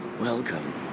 Welcome